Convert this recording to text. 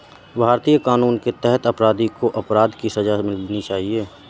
भारतीय कानून के तहत अपराधी को अपराध की सजा मिलनी चाहिए